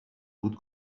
بود